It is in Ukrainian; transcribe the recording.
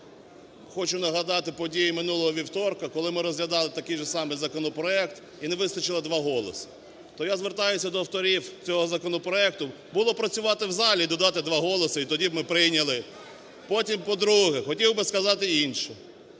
хочу нагадати події минулого вівторка, коли ми розглядали такий же самий законопроект і не вистачило два голоси. То я звертаюся до авторів цього законопроекту. Було б працювати в залі і додати два голоси, і тоді б ми прийняли. Потім, по-друге, хотів би сказати інше.